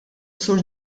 sur